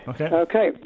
Okay